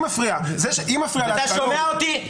היא מפריעה להצבעה --- אתה שומע אותי?